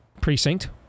precinct